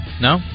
No